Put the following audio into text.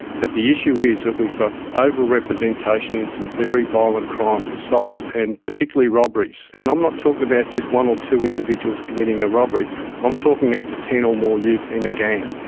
but the issue is that we've got overrepresentation in some very violent crimes assaults and particularly robberies. and i'm not talking about just one or two individuals committing a robbery i'm talking up to ten or more youth in a gang.